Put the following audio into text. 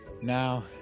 Now